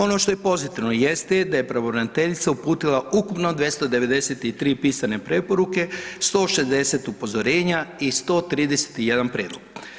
Ono što je pozitivno jeste je da je pravobraniteljica uputila ukupno 293 pisane preporuke, 160 upozorenja i 131 prijedlog.